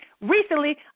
recently